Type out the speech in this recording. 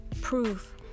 proof